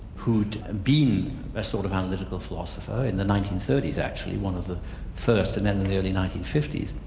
who'd been a sort of analytical philosopher in the nineteen thirty s actually, one of the first, and then in the early nineteen fifty s,